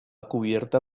cubierta